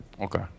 Okay